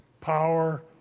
power